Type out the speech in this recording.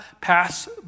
pass